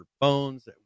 phones